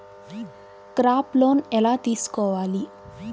Crop loan ఎలా తీసుకోవాలి?